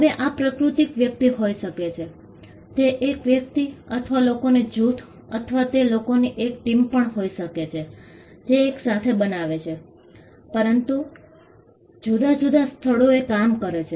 હવે આ પ્રાકૃતિક વ્યક્તિ હોઈ શકે છે તે એક વ્યક્તિ અથવા લોકોનો જૂથ અથવા તે લોકોની એક ટીમ પણ હોઈ શકે છે જે એકસાથે બનાવે છે પરંતુ જુદા જુદા સ્થળોએ કામ કરે છે